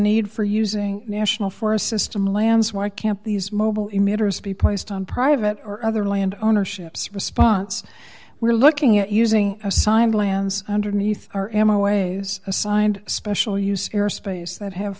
need for using national forest system lands why can't these mobile emitters be placed on private or other land ownership so response we're looking at using a signed lands underneath our am always assigned special use airspace that have